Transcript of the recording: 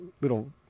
little